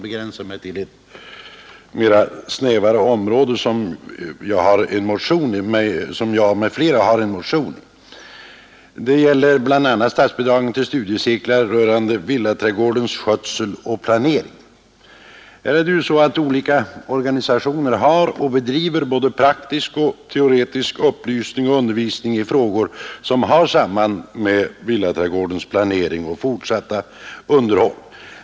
Jag skall begränsa mig till det något snävare område som gäller bl.a. statsbidrag till studiecirklar rörande villaträdgårdens skötsel och planering, där jag m.fl. har väckt en motion. Olika organisationer har bedrivit och bedriver både praktisk och teoretisk upplysning och undervisning i frågor som har samband med villaträdgårdens planering och fortsatta underhåll.